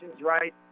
right